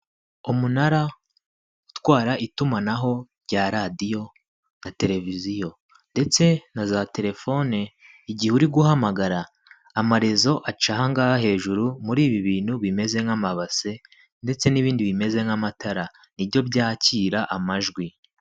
Umunara utwara itumanaho rya radiyo na televiziyo ndetse na za telefone igihe uri guhamagara amarezo aca ahangaha hejuru muri ibi bintu bimeze nk'amabase ndetse n'ibindi bimeze nk'amatara nibyo byakira amajwi.